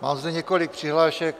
Mám zde několik přihlášek.